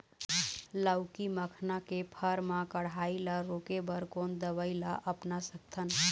लाउकी मखना के फर मा कढ़ाई ला रोके बर कोन दवई ला अपना सकथन?